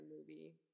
movie